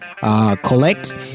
Collect